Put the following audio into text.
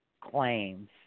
claims